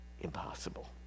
impossible